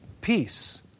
peace